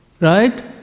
right